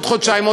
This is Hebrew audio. עוד חודשיים,